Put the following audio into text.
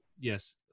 yes